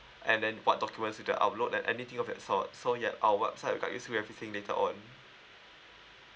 and then what documents need to upload like anything of that sort so ya our website will guide you through everything later on